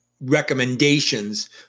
recommendations